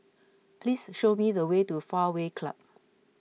please show me the way to Fairway Club